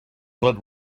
but